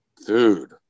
Food